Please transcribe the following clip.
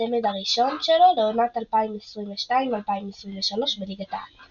לצמד הראשון שלו לעונת 2022/2023 בליגת העל,